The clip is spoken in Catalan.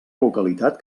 localitat